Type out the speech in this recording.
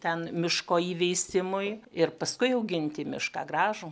ten miško įveisimui ir paskui auginti mišką gražų